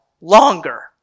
longer